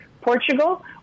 Portugal